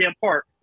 park